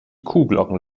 kuhglocken